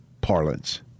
parlance